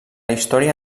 història